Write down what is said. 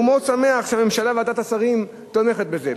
והוא מאוד שמח שהממשלה וועדת השרים תומכות בזה.